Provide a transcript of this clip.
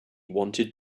wanted